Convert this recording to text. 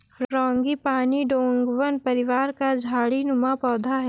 frangipani डोंगवन परिवार का झाड़ी नुमा पौधा है